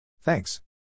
Thanks